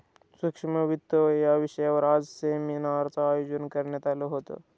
सूक्ष्म वित्त या विषयावर आज सेमिनारचं आयोजन करण्यात आलं होतं